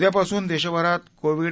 उद्यापासून देशभरात कोविड